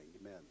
amen